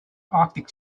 arctic